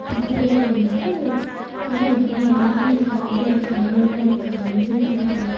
அப்புற மேல் வந்துவிட்டு காலங்கள் நம்ம இந்த குளிர் காலம் கோடைகாலம் முன்பனிக்காலம் பின்பனிக் காலம்